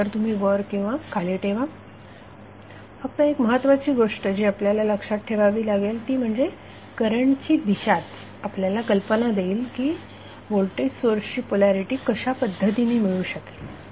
एकतर तुम्ही वर किंवा खाली ठेवा फक्त एक महत्वाची गोष्ट जी आपल्याला लक्षात ठेवावी लागेल ती म्हणजे करंटची दिशाच आपल्याला कल्पना देईल की व्होल्टेज सोर्सची पोलॅरिटी कशा पद्धतीने मिळू शकेल